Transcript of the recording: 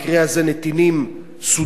נתינים סודנים,